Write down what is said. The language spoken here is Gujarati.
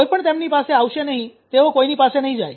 કોઈ પણ તેમની પાસે આવશે નહીં તેઓ કોઈની પાસે નહીં જાય